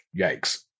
yikes